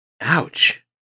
Ouch